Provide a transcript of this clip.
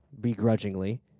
begrudgingly